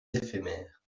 éphémères